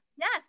yes